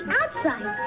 outside